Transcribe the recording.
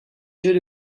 jeux